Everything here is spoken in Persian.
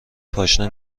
پاشنه